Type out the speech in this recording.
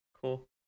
Cool